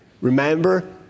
Remember